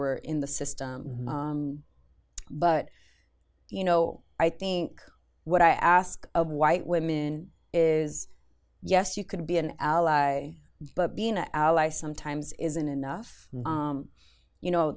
were in the system but you know i think what i ask of white women is yes you could be an ally but being an ally sometimes isn't enough you know